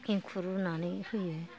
एंखुर रुनानै होयो